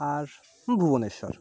আর Bhubaneswar